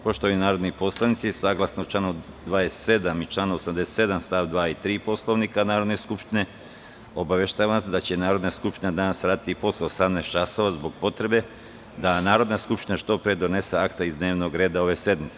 Poštovani narodni poslanici, saglasno članu 27. i članu 87. stavovi 2. i 3. Poslovnika Narodne skupštine, obaveštavam vas da će Narodna skupština danas raditi i posle 18,00 časova, zbog potrebe da Narodna skupština što pre donese akta iz dnevnog reda ove sednice.